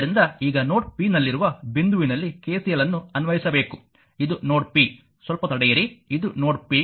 ಆದ್ದರಿಂದ ಈಗ node p ನಲ್ಲಿರುವ ಬಿಂದುವಿನಲ್ಲಿ KCL ಅನ್ನು ಅನ್ವಯಿಸಬೇಕು ಇದು ನೋಡ್ p ಸ್ವಲ್ಪ ತಡೆಯಿರಿ ಇದು ನೋಡ್ p